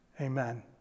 Amen